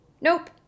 Nope